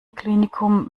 klinikum